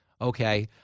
okay